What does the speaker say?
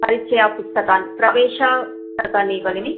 परिचयपुस्तकानि प्रवेशपुस्तकानि भगिनि